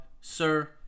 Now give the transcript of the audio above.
Sir